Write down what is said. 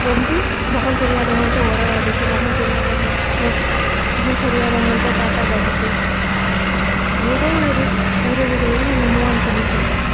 வந்து மொகம் தெரியாதவங்கள்கிட்ட உறவாடிகிட்டு மொகம் தெரியாதவர்கள் முகம் தெரியாதவர்கள்ட்ட டாட்டா காட்டிகிட்டு ஏதோ ஒரு உறவுகளில் நம்ம மூவ் ஆன் பண்ணிகிட்டு இருப்போம்